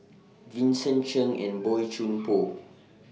Vincent Cheng and Boey Chuan Poh